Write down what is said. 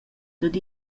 dad